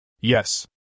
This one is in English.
Yes